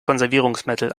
konservierungsmittel